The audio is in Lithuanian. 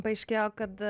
paaiškėjo kad